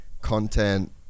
content